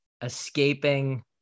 escaping